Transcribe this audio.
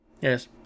Yes